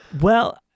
Well-